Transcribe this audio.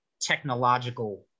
technological